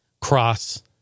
cross